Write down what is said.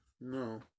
No